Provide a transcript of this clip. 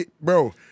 bro